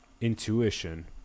intuition